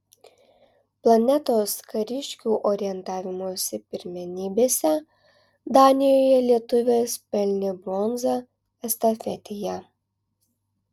planetos kariškių orientavimosi pirmenybėse danijoje lietuvės pelnė bronzą estafetėje